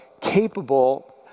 capable